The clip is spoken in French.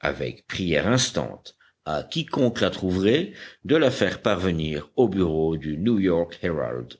avec prière instante à quiconque la trouverait de la faire parvenir aux bureaux du new-york herald